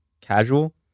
casual